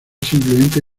simplemente